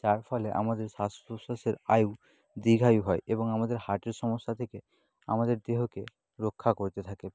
যার ফলে আমাদের শ্বাস প্রশ্বাসের আয়ু দীর্ঘায়ু হয় এবং আমাদের হার্টের সমস্যা থেকে আমাদের দেহকে রক্ষা করতে থাকে